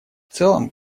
целом